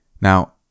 Now